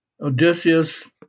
Odysseus